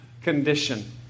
condition